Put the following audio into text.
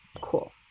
Cool